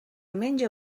menja